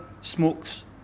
smokes